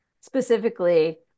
specifically